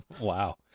Wow